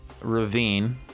Ravine